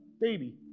baby